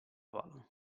val